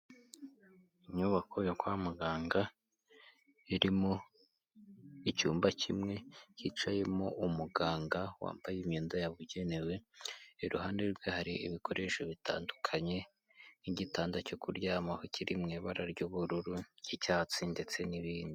Inyubako yo kwa muganga irimo icyumba kimwe hicayemo umuganga wambaye imyenda yabugenewe, iruhande rwe hari ibikoresho bitandukanye nk'igitanda cyo kuryamaho kiri mu ibara ry'ubururu ry'icyatsi ndetse n'ibindi.